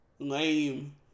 Lame